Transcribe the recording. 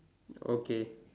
okay